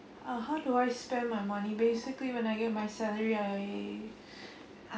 uh how do I spend my money basically when I get my salary I